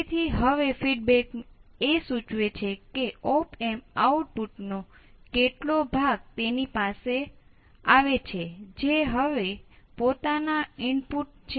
તેથી હવે આપણા એમ્પ્લીફાયર હોઈ શકે છે